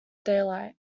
daylight